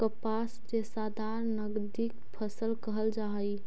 कपास रेशादार नगदी फसल कहल जा हई